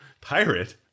Pirate